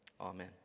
Amen